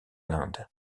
l’inde